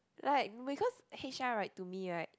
like because h_r right to me right it